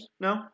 No